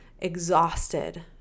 exhausted